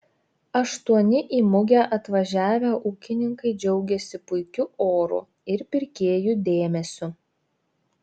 aštuoni į mugę atvažiavę ūkininkai džiaugėsi puikiu oru ir pirkėjų dėmesiu